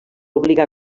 obligar